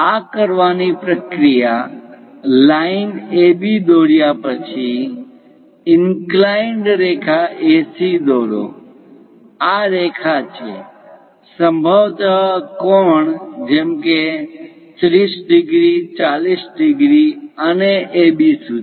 આ કરવાની પ્રક્રિયા લાઇન AB દોર્યા પછી ઇન્ક્લાઈન્ડ રેખા AC દોરો આ રેખા છે સંભવત કોણ જેમ કે 30 ડિગ્રી 40 ડિગ્રી અને AB સુધી